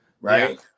right